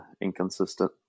inconsistent